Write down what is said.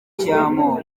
cy’amoko